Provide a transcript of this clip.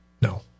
No